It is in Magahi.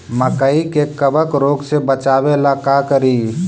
मकई के कबक रोग से बचाबे ला का करि?